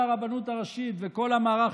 חבריי חברי הכנסת, והפעם,